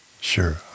Sure